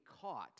caught